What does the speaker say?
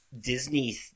Disney